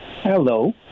Hello